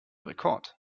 rekord